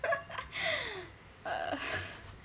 err